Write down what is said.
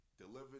Delivered